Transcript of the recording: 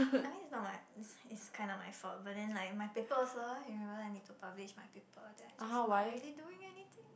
I think it's not my it's it's kind of my fault but then like my paper also remember I need to publish my paper then I just not really doing anything